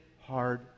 hard